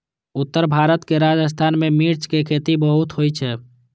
उत्तर भारत के राजस्थान मे मिर्च के खेती बहुत होइ छै